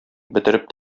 бетереп